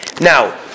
Now